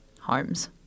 homes